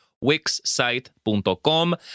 Wixsite.com